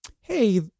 Hey